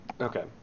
okay